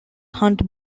hunt